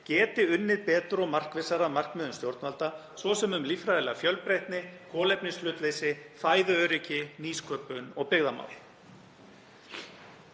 geti unnið betur og markvissar að markmiðum stjórnvalda, svo sem um líffræðilega fjölbreytni, kolefnishlutleysi, fæðuöryggi, nýsköpun og byggðamál.